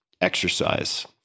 exercise